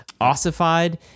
ossified